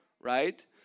right